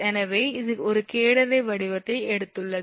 எனவே இது ஒரு கேடனரி வடிவத்தை எடுத்துள்ளது